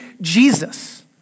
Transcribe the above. Jesus